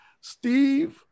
Steve